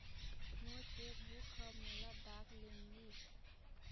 मोर cheque book ह मोला डाक ले मिलिस